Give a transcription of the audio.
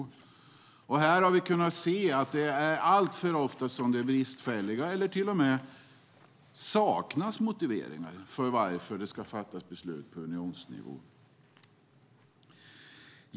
Här har vi under flera år kunnat konstatera att det alltför ofta är bristfälliga motiveringar eller att det till och med saknas motiveringar för varför det ska fattas beslut på unionsnivå.